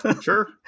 Sure